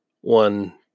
one